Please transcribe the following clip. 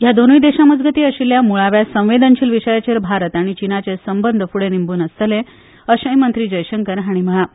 ह्या दोनुय देशामजगती आशिल्ल्या मुळाव्या संवेदनशील विषयाचेर भारत आनी चीनाचे संबंद फुडे निंबुन आसतले अशेय मंत्री जयशंकर हाणी म्हळा